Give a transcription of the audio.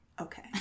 okay